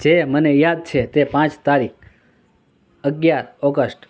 જે મને યાદ છે તે પાંચ તારીખ અગિયાર ઑગસ્ટ